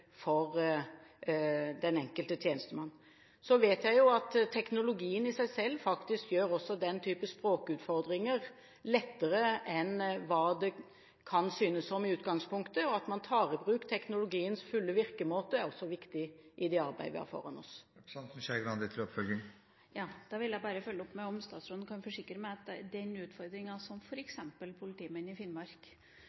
for den enkelte tjenestemann. Jeg vet at teknologien i seg selv også gjør den type språkutfordringer lettere enn hva det i utgangspunktet kan synes som. At man tar i bruk teknologiens fulle virkemåte, er viktig i det arbeidet vi har foran oss. Jeg vil bare følge opp med å spørre om statsråden kan forsikre meg om at den utfordringa som f.eks. politimenn i Finnmark opplever når de må finne på norske versjoner av samiske navn for